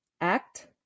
Act